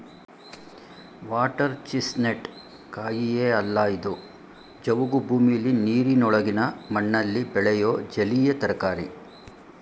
water chestnut ಕಾಯಿಯೇ ಅಲ್ಲ ಇದು ಜವುಗು ಭೂಮಿಲಿ ನೀರಿನೊಳಗಿನ ಮಣ್ಣಲ್ಲಿ ಬೆಳೆಯೋ ಜಲೀಯ ತರಕಾರಿ